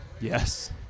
Yes